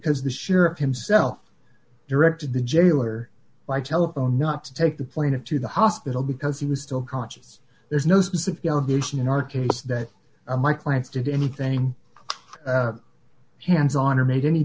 because the sheriff himself directed the jailer by telephone not to take the plaintiff to the hospital because he was still conscious there's no specific allegation in our case that my client's did anything hands on or made any